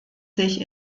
sich